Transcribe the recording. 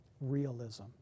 realism